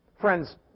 Friends